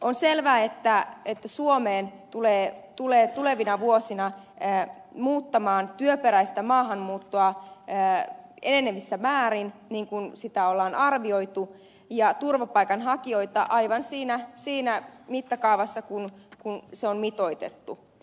on selvää että suomeen tulee tulevina vuosina muuttamaan työperäistä maahanmuuttoa enenevissä määrin niin kuin on arvioitu ja turvapaikanhakijoita aivan siinä mittakaavassa kuin on mitoitettu